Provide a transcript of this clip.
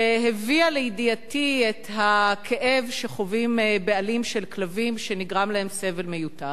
שהביאה לידיעתי את הכאב שחווים בעלים של כלבים שנגרם להם סבל מיותר.